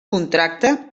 contracte